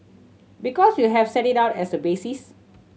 because you have set it out as a basis